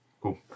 Cool